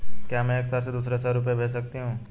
क्या मैं एक शहर से दूसरे शहर रुपये भेज सकती हूँ?